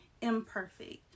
imperfect